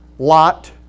lot